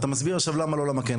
אתה מסביר עכשיו למה לא ולמה כן,